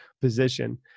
position